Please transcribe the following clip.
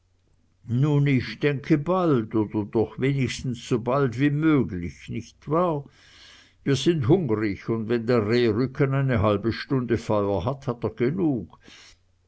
nun ich denke bald oder doch wenigstens so bald wie möglich nicht wahr wir sind hungrig und wenn der rehrücken eine halbe stunde feuer hat hat er genug